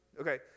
Okay